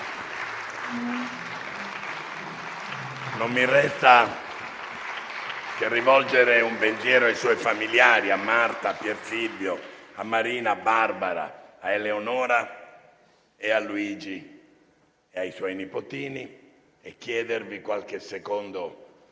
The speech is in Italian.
Non mi resta che rivolgere un pensiero ai suoi familiari, a Marta, Pier Silvio, Marina, Barbara, Eleonora, Luigi e ai suoi nipotini e chiedervi qualche secondo di raccoglimento